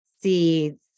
seeds